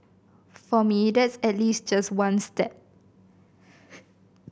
for me that's at least just one step